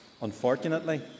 Unfortunately